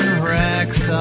wrecks